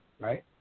Right